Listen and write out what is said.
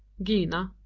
gina.